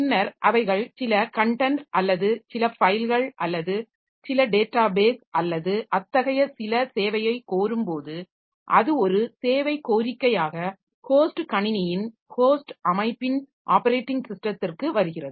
பின்னர் அவைகள் சில கன்டென்ட் அல்லது சில ஃபைல்கள் அல்லது சில டேட்டாபேஸ் அல்லது அத்தகைய சில சேவையை கோரும்போது அது ஒரு சேவை கோரிக்கையாக ஹோஸ்ட் கணினியின் ஹோஸ்ட் அமைப்பின் ஆப்பரேட்டிங் ஸிஸ்டத்திற்கு வருகிறது